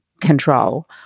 control